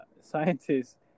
Scientists